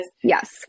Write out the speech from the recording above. yes